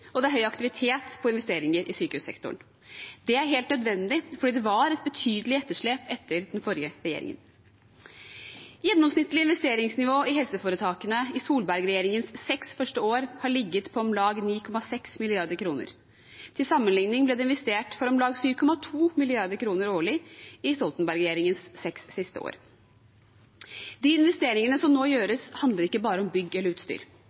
og det er stor aktivitet i investeringer i sykehussektoren. Det er helt nødvendig fordi det var et betydelig etterslep etter den forrige regjeringen. Gjennomsnittlig investeringsnivå i helseforetakene i Solberg-regjeringens seks første år har ligget på om lag 9,6 mrd. kr. Til sammenligning ble det investert for om lag 7,2 mrd. kr årlig i Stoltenberg-regjeringens seks siste år. De investeringene som nå gjøres, handler ikke bare om bygg eller utstyr.